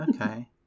okay